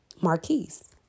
Marquise